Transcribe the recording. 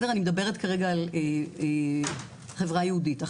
אני מדברת כרגע על חברה יהודית,